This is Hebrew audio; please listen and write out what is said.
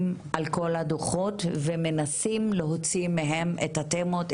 על כל הדוחות ומנסים להוציא מהם את התמות,